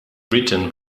written